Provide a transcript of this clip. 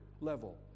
level